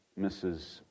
Mrs